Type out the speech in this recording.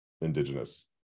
indigenous